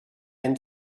and